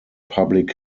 public